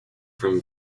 from